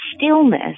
stillness